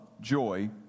joy